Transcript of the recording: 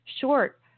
short